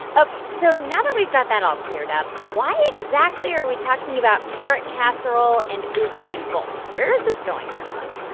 ok, so now that we've got that all cleared up, why exactly are we talking about carrot casserole and usain bolt? where's this going, guy raz?